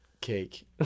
cake